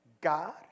God